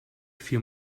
vier